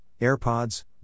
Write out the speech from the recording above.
AirPods